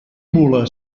mula